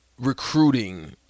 recruiting